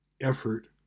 effort